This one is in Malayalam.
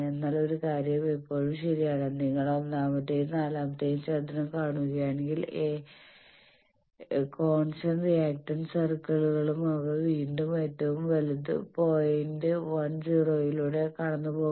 എന്നാൽ ഒരു കാര്യം ഇപ്പോഴും ശരിയാണ് നിങ്ങൾ ഒന്നാമത്തെയും നാലാമത്തെയും ചതുരം കാണുകയാണെങ്കിൽ എ ൺസ്റ്റന്റ് റിയാക്റ്റൻസ് സർക്കിളുകളും അവ വീണ്ടും ഏറ്റവും വലത് പോയിന്റ് 1 0 ലൂടെ കടന്നുപോകുന്നു